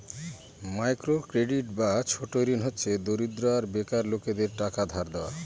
micro credit বা ছোট ঋণ হচ্ছে দরিদ্র আর বেকার লোকেদের টাকা ধার দেওয়া